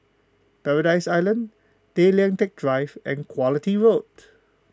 Paradise Island Tay Lian Teck Drive and Quality Road